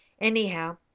Anyhow